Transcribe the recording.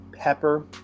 pepper